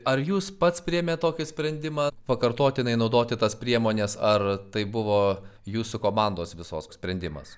ar jūs pats priėmėt tokį sprendimą pakartotinai naudoti tas priemones ar tai buvo jūsų komandos visos sprendimas